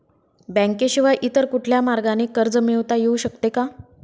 बँकेशिवाय इतर कुठल्या मार्गाने कर्ज मिळविता येऊ शकते का?